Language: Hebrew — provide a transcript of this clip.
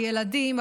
הילדים,